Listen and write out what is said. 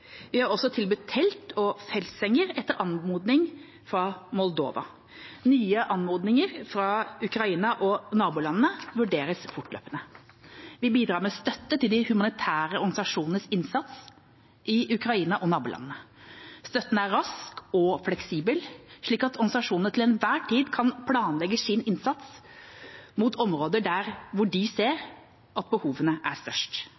Vi har også tilbudt telt og feltsenger, etter anmodning fra Moldova. Nye anmodninger fra Ukraina og nabolandene vurderes fortløpende. Vi bidrar med støtte til de humanitære organisasjonenes innsats i Ukraina og nabolandene. Støtten er rask og fleksibel, slik at organisasjonene til enhver tid kan planlegge sin innsats mot områder hvor de ser at behovene er størst.